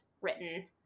written